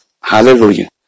Hallelujah